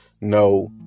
No